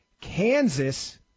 Kansas